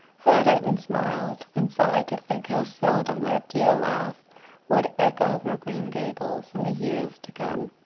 heard it and smiled then sighed to think how seldom that dear laugh would echo through green gables in the years to come.